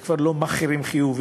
אלה כבר לא מאכערים חיוביים,